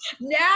now